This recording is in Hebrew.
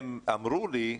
הם אמרו לי,